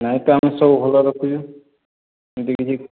ନାଇଁ ତ ଆମେ ସବୁ ଭଲ ରଖୁଛୁ